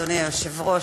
אדוני היושב-ראש,